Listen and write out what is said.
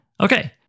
Okay